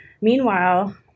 Meanwhile